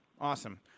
Awesome